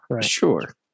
Sure